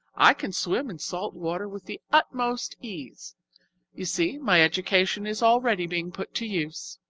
i can swim in salt water with the utmost ease you see my education is already being put to use!